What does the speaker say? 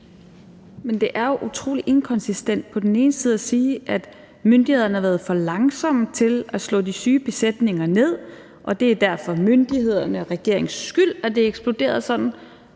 Men det er jo utrolig inkonsistent på den ene side at sige, at myndighederne har været for langsomme til at slå de syge besætninger ned, og at det derfor er myndighedernes og regeringens skyld, at det eksploderede sådan,